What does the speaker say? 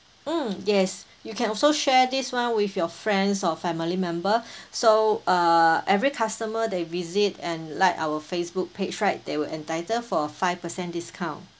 mm yes you can also share this one with your friends or family member so uh every customer they visit and like our Facebook page right they will entitled for five percent discount